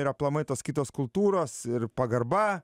ir aplamai tos kitos kultūros ir pagarba